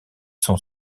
sont